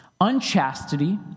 Unchastity